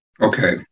Okay